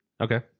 Okay